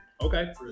Okay